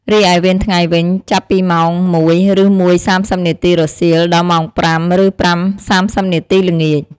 រីឯវេនថ្ងៃវិញ ចាប់ពីម៉ោង ១:០០ ឬ១:៣០ នាទីរសៀល ដល់ម៉ោង ៥:០០ឬ៥:៣០នាទីល្ងាច។